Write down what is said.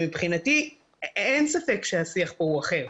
מבחינתי אין ספק שהשיח פה הוא אחר.